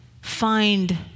find